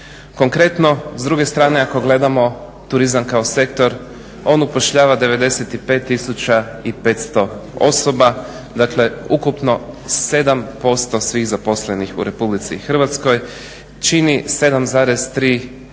Konkretno, s druge strane ako gledamo turizam kao sektor on upošljava 95500 osoba, dakle ukupno 7% svih zaposlenih u Republici Hrvatskoj čini 7,3